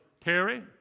Terry